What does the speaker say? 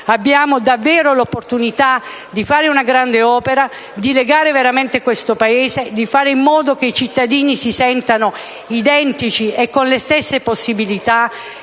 abbiamo davvero l'opportunità di realizzare una grande opera, di unire questo Paese, di fare in modo che i cittadini si sentano identici, con le stesse possibilità